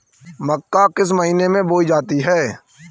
मक्का किस महीने में बोई जाती है?